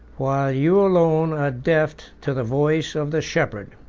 while you alone are deaf to the voice of the shepherd.